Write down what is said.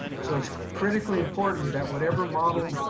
so it's critically important that whatever model